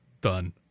done